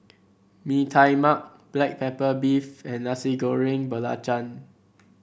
Mee Tai Mak Black Pepper Beef and Nasi Goreng Belacan